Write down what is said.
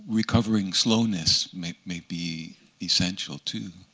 recovering slowness may may be essential, too.